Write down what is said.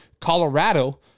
Colorado